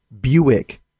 Buick